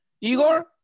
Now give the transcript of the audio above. Igor